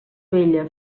vella